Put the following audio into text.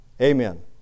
Amen